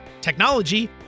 technology